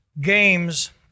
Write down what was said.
games